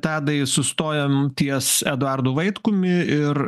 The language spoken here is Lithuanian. tadai sustojom ties eduardu vaitkumi ir